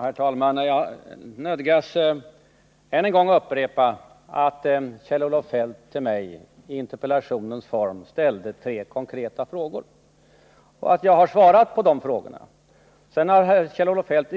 Herr talman! Jag nödgas än en gång upprepa att Kjell-Olof Feldt till mig i interpellationens form ställt tre konkreta frågor och att jag har svarat på de frågorna. Sedan har Kjell-Olof Feldt